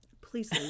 please